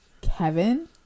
Kevin